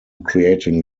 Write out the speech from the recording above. creating